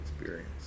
experience